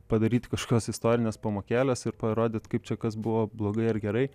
padaryti kažkokias istorines pamokėles ir parodyt kaip čia kas buvo blogai ar gerai